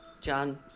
John